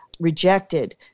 rejected